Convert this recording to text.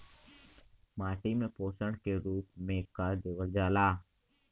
माटी में पोषण के रूप में का देवल जाला?